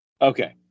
Okay